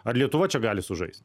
ar lietuva čia gali sužaist